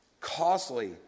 costly